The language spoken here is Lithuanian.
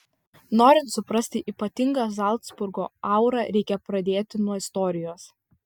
norint suprasti ypatingą zalcburgo aurą reikia pradėti nuo istorijos